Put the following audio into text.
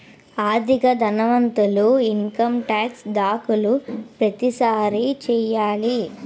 అధిక ధనవంతులు income tax దాఖలు ప్రతిసారి చేయాలి